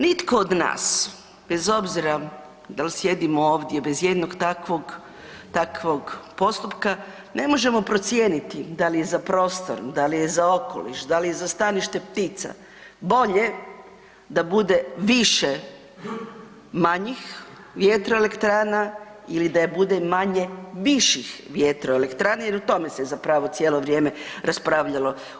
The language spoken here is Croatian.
Nitko od nas, bez obzira dal jedimo ovdje, bez jednog takvog, takvog postupka ne možemo procijeniti dal je za prostor, dal je za okoliš, dal je za stanište ptica, bolje da bude više manjih vjetroelektrana ili da je bude manje viših elektroelektrana jer o tome se zapravo cijelo vrijeme raspravljalo.